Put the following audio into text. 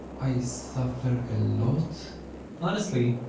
i suffer a lot honestly,